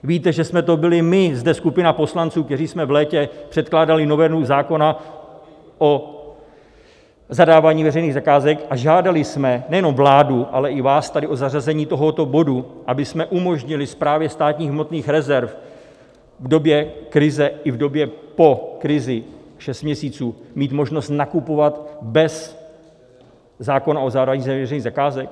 Víte, že jsme to byli my zde, skupina poslanců, kteří jsme v létě předkládali novelu zákona o zadávání veřejných zakázek a žádali jsme nejenom vládu, ale i vás tady o zařazení tohoto bodu, abychom umožnili Správě státních hmotných rezerv v době krize i v době po krizi šest měsíců mít možnost nakupovat bez zákona o zadávání veřejných zakázek?